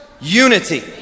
unity